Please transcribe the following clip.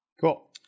Cool